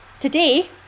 today